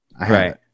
right